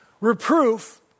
reproof